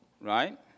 Right